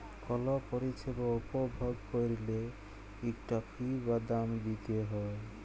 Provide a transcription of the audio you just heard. call পরিছেবা উপভগ ক্যইরলে ইকটা ফি বা দাম দিইতে হ্যয়